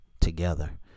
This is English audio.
together